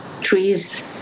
trees